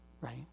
Right